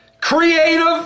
Creative